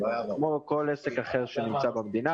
כמו כל עסק אחר במדינה,